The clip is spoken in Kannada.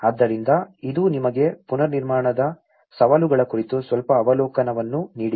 ಆದ್ದರಿಂದ ಇದು ನಿಮಗೆ ಪುನರ್ನಿರ್ಮಾಣದ ಸವಾಲುಗಳ ಕುರಿತು ಸ್ವಲ್ಪ ಅವಲೋಕನವನ್ನು ನೀಡಿದೆ